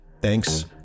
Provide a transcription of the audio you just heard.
Thanks